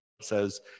says